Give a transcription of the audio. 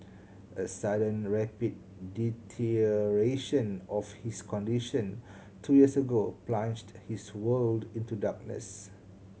a sudden rapid deterioration of his condition two years ago plunged his world into darkness